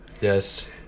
yes